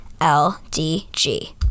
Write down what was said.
LDG